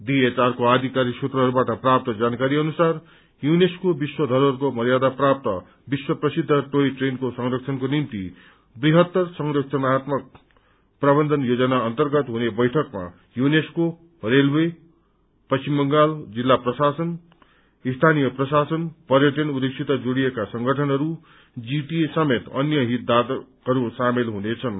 डीएचआरको आधिकारिक सूत्रहरूबाट प्राप्त जानकारी अनुसार यूनेस्को विश्व धरोहरको मर्यादा प्राप्त विश्व प्रसिद्ध टोय ट्रेनको संरक्षणको निम्ति वृहत्तर संरक्षणत्मक प्रबन्धन योजना अन्तर्गत हुने बैठकमा यूनेस्को रेलवे पश्चिम बंगाल जिल्ला प्रशासन स्थानीय प्रशासन पर्यटन उद्योगसित जोड़िएका संगठनहरू जीटीए समेत अन्य हितधारकहरू सामेल हुनेछन्